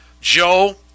Joe